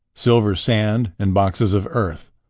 silver sand and boxes of earth.